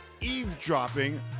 eavesdropping